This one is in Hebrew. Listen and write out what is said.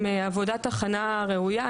עם עבודת הכנה ראויה.